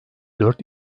dört